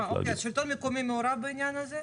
אוקיי, אז השלטון המקומי מעורב בעניין הזה?